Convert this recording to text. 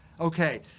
Okay